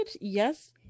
yes